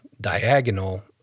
diagonal